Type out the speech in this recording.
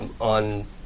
on